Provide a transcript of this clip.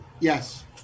Yes